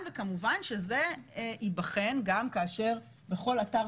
כידוע לכולם,